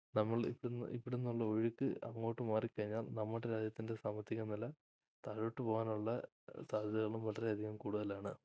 നമ്മൾ ഇവിടുന്ന് ഇവിടുന്ന് ഉള്ള ഒഴുക്ക് അങ്ങോട്ട് മാറിക്കഴിഞ്ഞാൽ നമ്മുടെ രാജ്യത്തിൻ്റെ സാമ്പത്തിക നില താഴോട്ട് പോകാനുള്ള സാദ്ധ്യതകളും വളരെയധികം കൂടുതലാണ്